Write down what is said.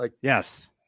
Yes